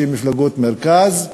שהן מפלגות מרכז,